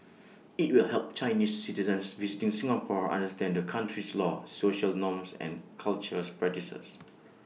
IT will help Chinese citizens visiting Singapore understand the country's laws social norms and cultures practices